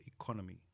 economy